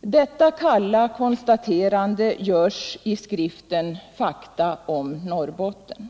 Detta kalla konstaterande görs i skriften Fakta om Norrbotten.